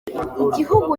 igihugu